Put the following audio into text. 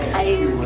a